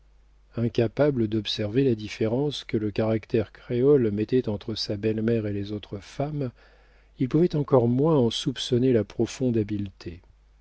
incapable d'observer la différence que le caractère créole mettait entre sa belle-mère et les autres femmes il pouvait encore moins en soupçonner la profonde habileté